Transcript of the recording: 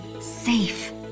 safe